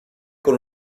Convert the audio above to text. con